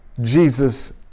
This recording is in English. Jesus